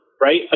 right